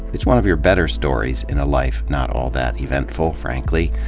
it's one of your better stories in a life not all that eventful, frankly.